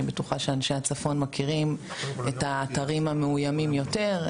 אני בטוחה שאנשי הצפון מכירים את האתרים המאוימים יותר.